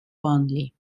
only